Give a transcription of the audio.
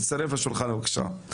תצטרף לשולחן בבקשה.